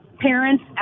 parents